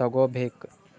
ತಗೋಬೇಕ್